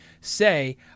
say